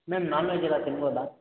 ma'am non veg ಎಲ್ಲ ತಿನ್ಬೋದಾ